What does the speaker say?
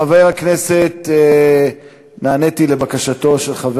חבר הכנסת, נעניתי לבקשתו של חבר